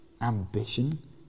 ambition